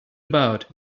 about